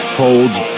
holds